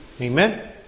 Amen